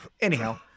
Anyhow